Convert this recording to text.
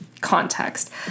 context